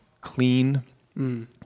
clean